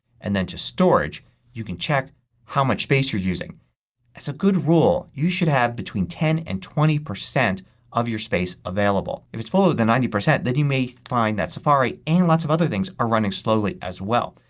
and then to storage you can check how much space you're using. as a good rule you should have between ten and twenty percent of your space available. if it's fuller than ninety percent then you may find that safari, and lots of other things, are running slowly as well.